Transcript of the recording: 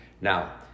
now